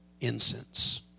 incense